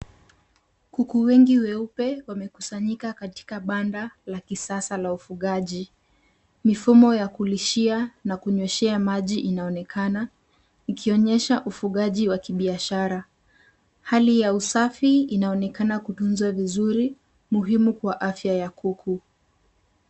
Kuku wengi weupe wamekusanyika katika banda la kisasa la ufugaji. Mifumo ya kulishia na kunyweshea maji inaonekana, ikionyesha ufugaji wa kibiashara. Hali ya usafi inaonekana kutunzwa vizuri, muhimu kwa afya ya kuku.